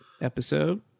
episode